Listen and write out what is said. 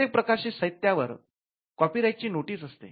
प्रत्येक प्रकाशित साहित्यावर वर कॉपीराईट ची नोटीस असते